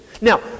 Now